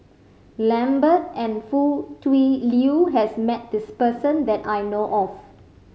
Lambert and Foo Tui Liew has met this person that I know of